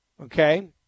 okay